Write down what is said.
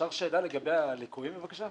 אפשר שאלה לגבי הליקויים בבקשה?